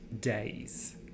days